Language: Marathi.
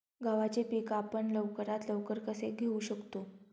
गव्हाचे पीक आपण लवकरात लवकर कसे घेऊ शकतो?